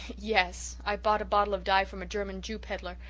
yes. i bought a bottle of dye from a german jew pedlar.